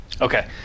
Okay